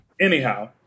Anyhow